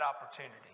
opportunity